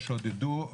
עודדו,